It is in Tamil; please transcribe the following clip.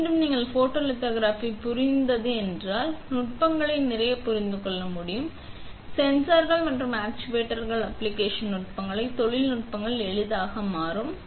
மீண்டும் நீங்கள் போட்டோ லித்தோகிராஃபி புரிந்து என்றால் நீங்கள் நுட்பங்களை நிறைய புரிந்து கொள்ள முடியும் சென்சார்கள் மற்றும் ஆக்சுவேட்டர்ஸ் அப்ளிகேஷன் நுட்பங்களை தொழில்நுட்பங்கள் எளிதாக மாறும்